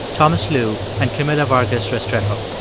thomas lu and camila vargas restrepo.